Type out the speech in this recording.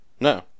No